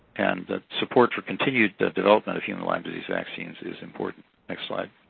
and that support for continued development of human lyme disease vaccines is important. next slide.